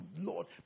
Lord